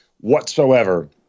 whatsoever